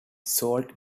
salt